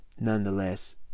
nonetheless